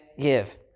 give